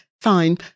Fine